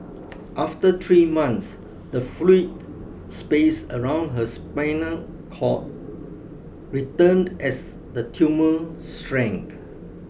after three months the fluid space around her spinal cord returned as the tumour shrank